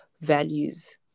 values